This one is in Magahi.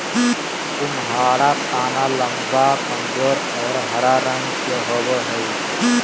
कुम्हाडा तना लम्बा, कमजोर और हरा रंग के होवो हइ